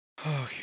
Okay